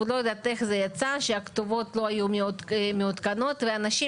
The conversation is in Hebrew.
לא יודעת איך זה יצא שהכתובות לא היו מעודכנות ואנשים